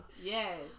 Yes